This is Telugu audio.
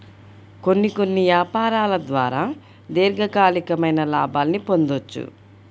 కొన్ని కొన్ని యాపారాల ద్వారా దీర్ఘకాలికమైన లాభాల్ని పొందొచ్చు